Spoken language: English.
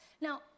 Now